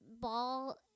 Ball